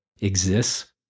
exists